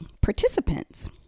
participants